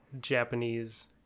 Japanese